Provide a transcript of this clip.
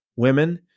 Women